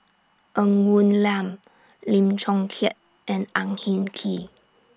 Ng Woon Lam Lim Chong Keat and Ang Hin Kee